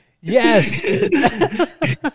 Yes